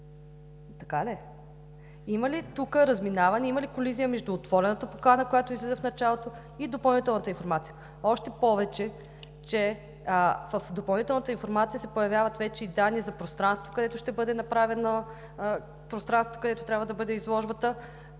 Така ли е? Има ли тук разминаване, има ли колизия между отворената покана, която излиза в началото, и допълнителната информация, още повече че в допълнителната информация се появяват вече и данни за пространството, където трябва да бъде изложбата,